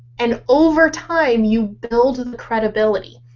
and over time you build and the credibility.